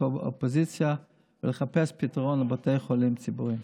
מהאופוזיציה ולחפש פתרון לבתי החולים הציבוריים.